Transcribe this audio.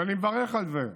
ואני מברך על זה.